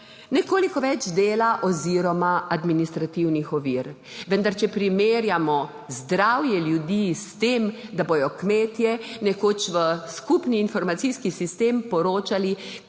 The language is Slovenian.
nekoliko več dela oziroma administrativnih ovir, vendar če primerjamo zdravje ljudi s tem, da bodo kmetje nekoč v skupni informacijski sistem poročali, kaj